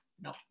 no